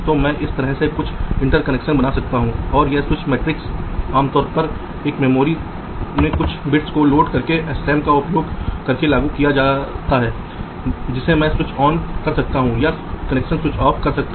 क्योंकि चैनल के भीतर हम VDD और ग्राउंड को रूट नहीं कर रहे हैं इसलिए चैनल क्षेत्र इसके लिए उपलब्ध है लेकिन यदि आप ओवर द सेल रूटिंग का उपयोग कर रहे हैं हम ब्लू लाइन का उपयोग नहीं कर सकते क्योंकि पहले से ही यहाँ ब्लू का उपयोग किया जाता है हमारे किसी अन्य परत का उपयोग करना होगा